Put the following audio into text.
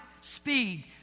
speed